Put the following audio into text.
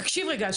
תקשיב רגע,